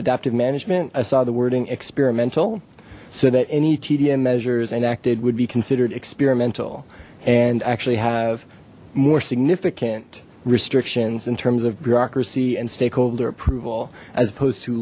adaptive management i saw the wording experimental so that any tdm measures enacted would be considered experimental and actually have more significant restrictions in terms of bureaucracy and stakeholder approval as opposed to